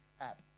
app